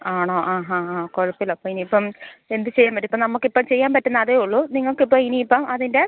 ആണോ ആ ഹാ ആ കുഴപ്പമില്ല അപ്പം ഇനി ഇപ്പം എന്ത് ചെയ്യാൻ പറ്റും ഇപ്പം നമുക്ക് ഇപ്പോൾ ചെയ്യാന് പറ്റുന്ന അതേ ഉള്ളൂ നിങ്ങൾക്ക് ഇപ്പോൾ ഇനി ഇപ്പോൾ അതിൻ്റെ